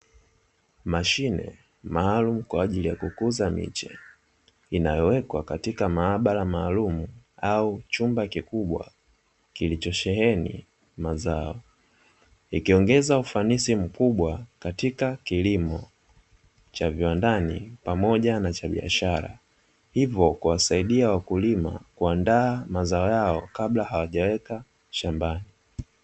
Mashine maalum kwa ajili ya kukuza miche inayowekwa katika maabara maalum au chumba kikubwa kilichosheheni mazao. Ikiongeza ufanisi mkubwa katika kilimo cha viwandani pamoja na cha biashara. Hivyo kuwasaidia wakulima kuandaa mazao yao kabla hawajaweka shambani.